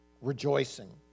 rejoicing